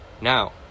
Now